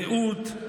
רעות,